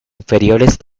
inferiores